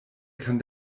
kann